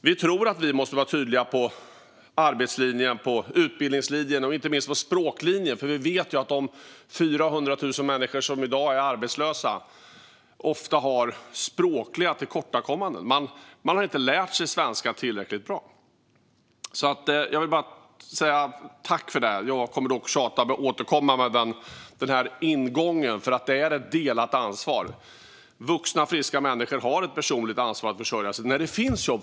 Vi tror att vi måste vara tydliga med arbetslinjen, med utbildningslinjen och inte minst med språklinjen, för vi vet att de 400 000 människor som i dag är arbetslösa ofta har språkliga tillkortakommanden. Man har inte lärt sig svenska tillräckligt bra. Jag vill bara säga tack till ledamöterna för engagemanget. Jag kommer dock att tjata och återkomma med denna ingång, för det är ett delat ansvar. Vuxna, friska människor har ett personligt ansvar för att försörja sig - när det finns jobb.